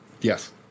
Yes